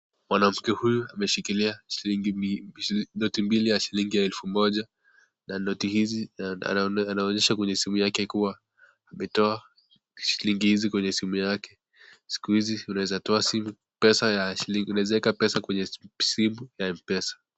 Mwanamke huyu ameshikilia noti mbili ya shilingi elfu moja na noti hizi anaonyesha kwenye simu yake kuwa ametoa shilingi hizi kwenye simu yake. Siku hizi unaeza toa pesa, unaeza eka pesa kwenye simu ya M-PESA.